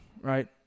right